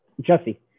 Jesse